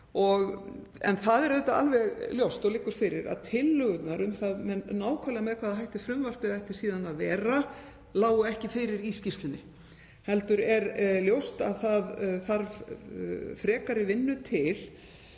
En það er alveg ljóst og liggur fyrir að tillögurnar, um það nákvæmlega með hvaða hætti frumvarpið ætti síðan að vera, lágu ekki fyrir í skýrslunni heldur er ljóst að það þarf frekari vinnu til.